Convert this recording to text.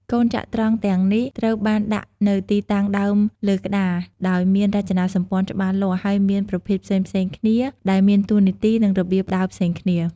កូនចត្រង្គទាំងនេះត្រូវបានដាក់នៅទីតាំងដើមលើក្ដារដោយមានរចនាសម្ព័ន្ធច្បាស់លាស់ ហើយមានប្រភេទផ្សេងៗគ្នា ដែលមានតួនាទី និងរបៀបដើរផ្សេងគ្នា។